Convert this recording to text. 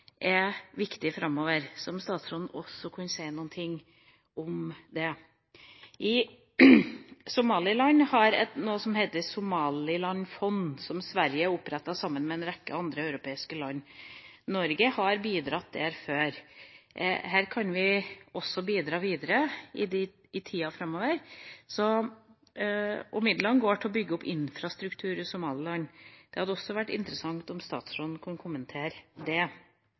viktig framover. Så det hadde vært fint om statsråden også kunne si noe om det. Somaliland har noe som heter Somaliland Development Fund, som Sverige har opprettet sammen med en rekke andre europeiske land. Norge har bidratt der før. Her kan vi også bidra videre i tida framover. Midlene går til å bygge opp infrastruktur i Somaliland. Det hadde vært interessant om statsråden også kunne kommentere det.